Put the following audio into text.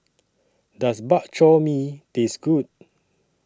Does Bak Chor Mee Taste Good